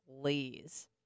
Please